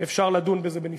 זאת שאלה טובה.